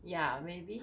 ya maybe